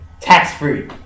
tax-free